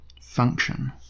function